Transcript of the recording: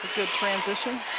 good transition.